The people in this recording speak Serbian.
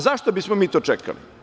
Zašto bismo mi to čekali?